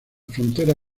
frontera